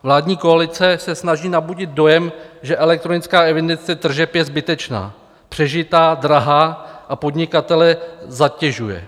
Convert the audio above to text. Vládní koalice se snaží nabudit dojem, že elektronická evidence tržeb je zbytečná, přežitá, drahá a podnikatele zatěžuje.